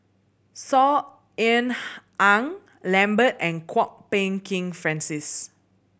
Saw Ean Ang Lambert and Kwok Peng Kin Francis